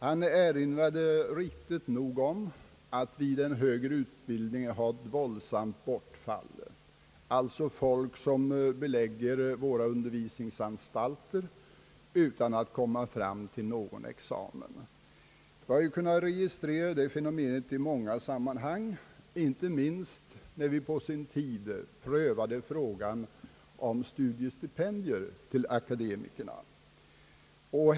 Han erinrade helt riktigt om att vid de högre utbildningsanstalterna finns många studerande som aldrig kommer fram till någon examen. Detta fenomen har vi kunnat registrera i många sammanhang, inte minst när vi på sin tid prövade frågan om studiestipendier till akademiker.